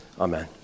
amen